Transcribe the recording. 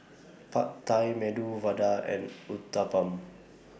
Pad Thai Medu Vada and Uthapam